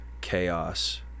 chaos